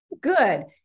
good